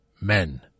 men